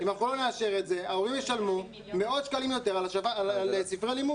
אם אנחנו לא נאשר את זה ההורים ישלמו מאות שקלים יותר על ספרי הלימוד.